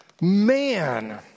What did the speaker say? Man